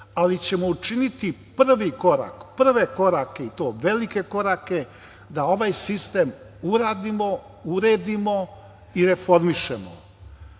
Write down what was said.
ali ćemo učiniti prvi korak, prve korake i to velike korake da ovaj sistem uradimo, uredimo i reformišemo.